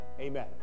Amen